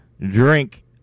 drink